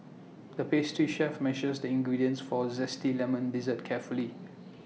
the pastry chef measured the ingredients for A Zesty Lemon Dessert carefully